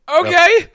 Okay